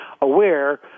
aware